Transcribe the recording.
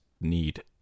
need